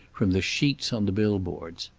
from the sheets on the bill boards.